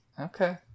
Okay